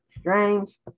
Strange